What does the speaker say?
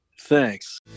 Thanks